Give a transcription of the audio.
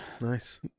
Nice